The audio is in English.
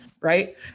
right